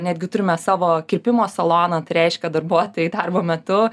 netgi turime savo kirpimo saloną tai reiškia darbuotojai darbo metu